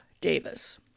Davis